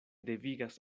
devigas